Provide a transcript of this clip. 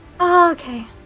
okay